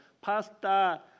pasta